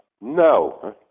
no